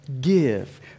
give